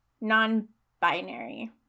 non-binary